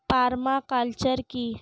Parma culture কি?